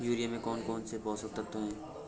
Urea में कौन कौन से पोषक तत्व है?